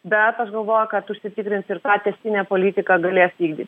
bet aš galvoju kad užsitikrins ir tą tęstinę politiką galės vykdyt